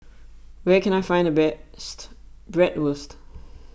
where can I find the best Bratwurst